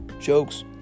jokes